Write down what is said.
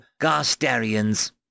Garstarians